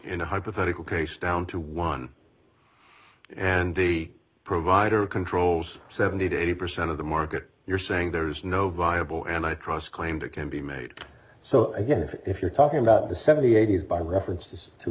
in a hypothetical case down to one and the provider controls seventy to eighty percent of the market you're saying there's no viable and i trust claimed it can be made so again if you're talking about the seventy eight used by references to